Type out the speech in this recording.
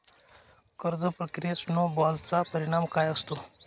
कर्ज प्रक्रियेत स्नो बॉलचा परिणाम काय असतो?